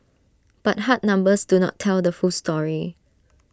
but hard numbers do not tell the full story